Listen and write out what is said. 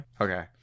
Okay